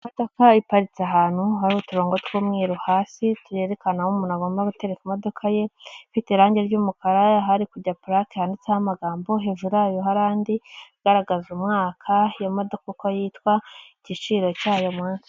Imodoka iparitse ahantu hari uturongo tw'umweru hasi, tuyerekana aho umuntu agomba gutereka imodoka ye. Ifite irangi ry'umukara ahari kujya plate handitseho amagambo. Hejuru yayo hari andi agaragaza umwaka, iyo modoka uko yitwa, igiciro cyayo munsi.